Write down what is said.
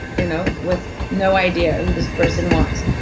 you know with no idea who this person was.